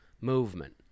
movement